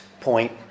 point